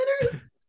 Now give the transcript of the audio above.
winners